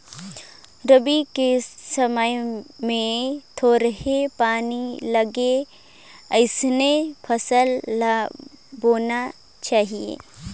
रबी के समय मे थोरहें पानी लगे अइसन फसल ल बोना चाही